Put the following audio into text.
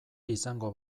izango